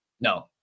No